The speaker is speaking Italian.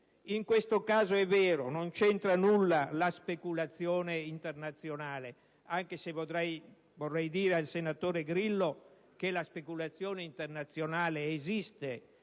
In questo caso, è vero, non c'entra nulla la speculazione internazionale, anche se vorrei dire al senatore Grillo che la speculazione internazionale esiste,